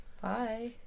bye